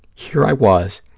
here i was,